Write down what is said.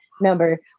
number